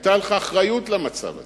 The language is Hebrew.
היתה לך אחריות למצב הזה.